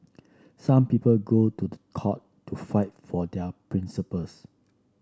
some people go to court to fight for their principles